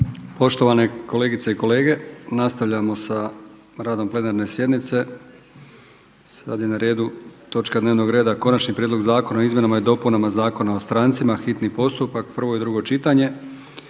Poštovane kolegice i kolege nastavljamo sa radom plenarne sjednice, sad je na redu točka dnevnog reda: 1. Konačni prijedlog Zakona o izmjenama i dopunama Zakona o strancima, hitni postupak, prvo i drugo čitanje.